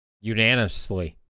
unanimously